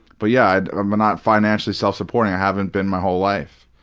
but yeah, i'm not financially self-supporting. i haven't been my whole life.